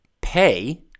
pay